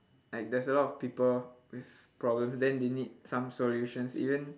like there's a lot of people with problems then they need some solutions even